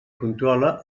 controla